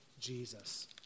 Jesus